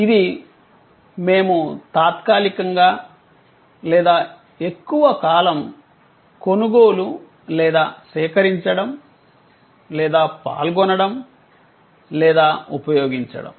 ఇది మేము తాత్కాలికంగా లేదా ఎక్కువ కాలం కొనుగోలు లేదా సేకరించడం లేదా పాల్గొనడం లేదా ఉపయోగించడం